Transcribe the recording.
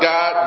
God